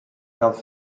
das